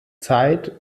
zeit